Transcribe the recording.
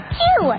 two